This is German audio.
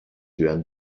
hören